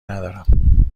ندارم